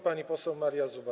Pani poseł Maria Zuba.